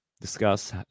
discuss